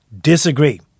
disagree